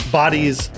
bodies